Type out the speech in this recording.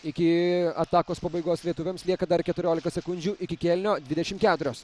iki atakos pabaigos lietuviams lieka dar keturiolika sekundžių iki kėlinio dvidešimt keturios